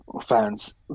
fans